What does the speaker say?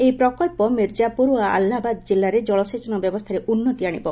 ଏହି ପ୍ରକଳ୍ପ ମିର୍ଜାପୁର ଓ ଆହ୍ଲାବାଦ୍ ଜିଲ୍ଲାରେ ଜଳସେଚନ ବ୍ୟବସ୍ଥାରେ ଉନ୍ନତି ଆଣିବ